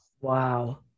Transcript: Wow